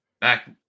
back